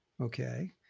Okay